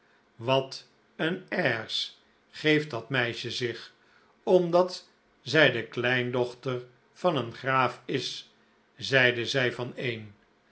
wat een airs geeft dat meisje zich omdat zij de kleindochter van een graaf is zeide zij van een